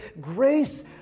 Grace